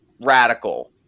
radical